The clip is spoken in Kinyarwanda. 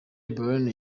baldwin